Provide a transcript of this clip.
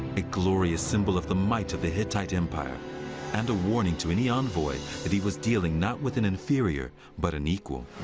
a glorious symbol of the might of the hittite empire and a warning to any envoy that he was dealing not with an inferior but an equal.